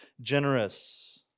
generous